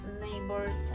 neighbors